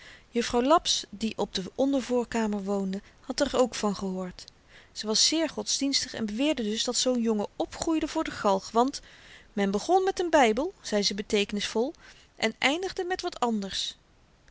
juffrouw laps die op de ondervoorkamer woonde had er ook van gehoord ze was zeer godsdienstig en beweerde dus dat zoo'n jongen opgroeide voor de galg want men begon met n bybel zei ze beteekenisvol en eindigde met wat anders